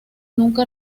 nunca